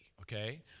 okay